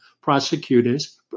prosecutors